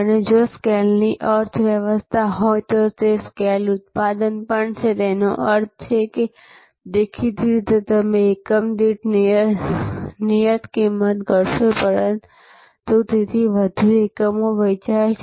અને જો સ્કેલની અર્થવ્યવસ્થા હોય તો સ્કેલ ઉત્પાદન પણ છેતેનો અર્થ છે દેખીતી રીતે તમે એકમ દીઠ નિયત કિંમત ઘટશે તેથી વધુ એકમો વેચાય છે